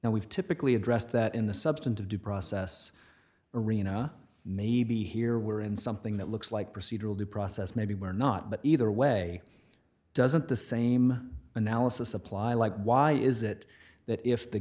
now we've typically addressed that in the substantive due process arena maybe here we're in something that looks like procedural due process maybe where not but either way doesn't the same analysis apply like why is it that if the